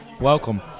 Welcome